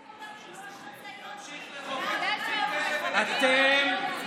אף אחד לא מכריח, לא חצאיות, מה,